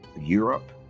europe